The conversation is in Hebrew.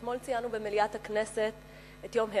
אתמול ציינו במליאת הכנסת את יום הרצל,